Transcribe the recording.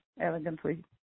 Elegantly